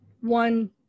one